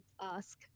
ask